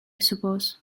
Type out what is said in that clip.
suppose